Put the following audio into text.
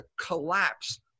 collapse